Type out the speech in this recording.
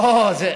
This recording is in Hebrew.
לא.